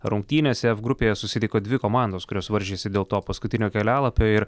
rungtynėse ef grupėje susitiko dvi komandos kurios varžėsi dėl to paskutinio kelialapio ir